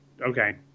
okay